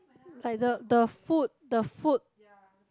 like the the food the food